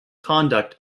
conduct